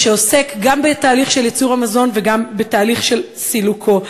שעוסק גם בתהליך של ייצור המזון וגם בתהליך של סילוקו.